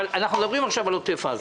אבל אנחנו מדברים עכשיו על עוטף עזה.